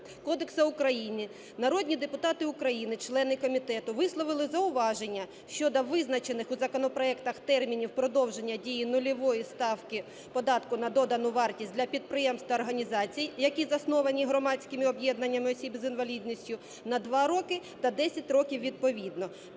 кодексу України, народні депутати України - члени комітету висловили зауваження щодо визначених у законопроектах термінів продовження дії нульової ставки податку на додану для підприємств та організацій, які засновані громадськими об’єднаннями осіб з інвалідністю на 2 роки, та 10 років відповідно,